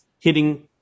hitting